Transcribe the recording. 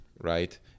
Right